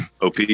OP